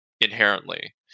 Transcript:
inherently